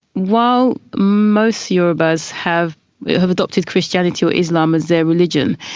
while most urhobos have have adopted christianity or islam as their religion,